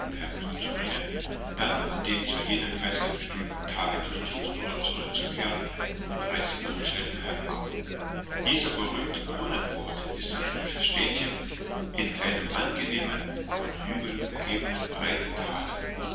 zuzubringen dann an dem zu jenen feste bestimmten tage nach tewkesbury zurückzukehren und reisten nach cheltenham ab dieser berühmte brunnenort ist ein hübsches städtchen in einem angenehmen von hügeln umgebenen breiten tale